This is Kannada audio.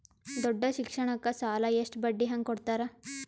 ದೊಡ್ಡ ಶಿಕ್ಷಣಕ್ಕ ಸಾಲ ಎಷ್ಟ ಬಡ್ಡಿ ಹಂಗ ಕೊಡ್ತಾರ?